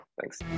Thanks